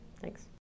Thanks